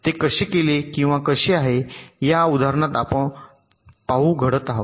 ते कसे केले किंवा कसे आहे या उदाहरणात आपण पाहू घडत आहे